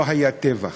לא היה טבח.